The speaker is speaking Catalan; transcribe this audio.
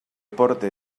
porte